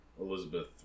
Elizabeth